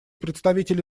представитель